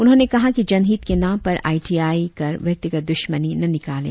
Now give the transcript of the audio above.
उन्होंने कहा कि जनहित के नाम पर आई टी आई कर व्यक्तिगत दुश्मनी न निकाले